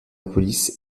police